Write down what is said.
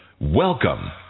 Welcome